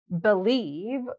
believe